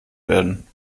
werden